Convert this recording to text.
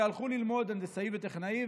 והלכו ללמוד הנדסאי וטכנאי,